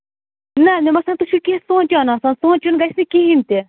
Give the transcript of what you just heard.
نہ مےٚ باسان تُہۍ چھِو کیٚنہہ سونچان آسان سونچُن گژھِ نہٕ کِہینۍ تہِ